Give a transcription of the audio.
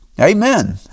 Amen